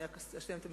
אני רק אסיים את המשפט.